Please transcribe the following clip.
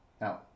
Now